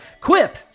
Quip